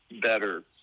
better